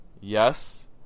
yes